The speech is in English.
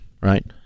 right